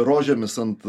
rožėmis ant